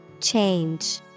Change